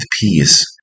peace